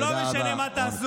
לא משנה מה תעשו.